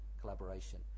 collaboration